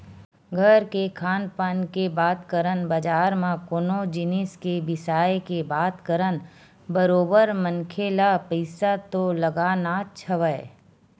घर के खान पान के बात करन बजार म कोनो जिनिस के बिसाय के बात करन बरोबर मनखे ल पइसा तो लगानाच हवय